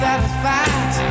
Satisfied